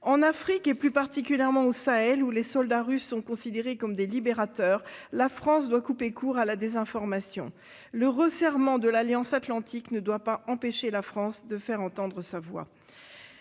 En Afrique, et plus particulièrement au Sahel, où les soldats russes sont considérés comme des libérateurs, la France doit couper court à la désinformation. Le resserrement de l'Alliance atlantique ne doit pas empêcher notre pays de faire entendre sa voix.